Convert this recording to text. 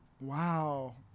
Wow